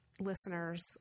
listeners